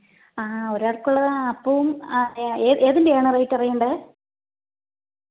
ഒരാൾക്കുള്ളത് അപ്പവും ഏ ഏതിൻ്റെയാണ് റേയ്റ്ററിയണ്ടേ